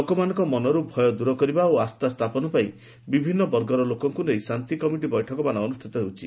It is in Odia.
ଲୋକମାନଙ୍କ ମନରୁ ଭୟ ଦୂରକରିବା ଓ ଆସ୍ଥା ସ୍ଥାପନ ପାଇଁ ବିଭିନ୍ନ ବର୍ଗର ଲୋକଙ୍କୁ ନେଇ ଶାନ୍ତିକମିଟି ବୈଠକମାନ ଅନୁଷ୍ଠିତ ହେଉଛି